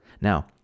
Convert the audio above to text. Now